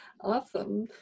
Awesome